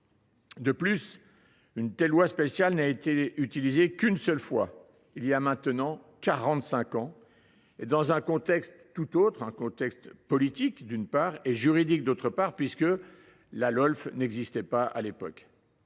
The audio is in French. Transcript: De plus, une telle loi spéciale n’a été utilisée qu’une seule fois, il y a maintenant quarante cinq ans, et dans un tout autre contexte, politique d’une part, juridique d’autre part, puisque la Lolf n’existait pas à l’époque.